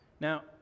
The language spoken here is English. Now